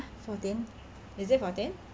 fourteen is it fourteen